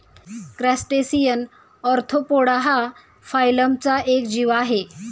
crustacean arthropoda हा फायलमचा एक जीव आहे